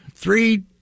Three